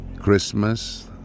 Christmas